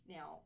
Now